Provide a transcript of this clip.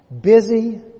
busy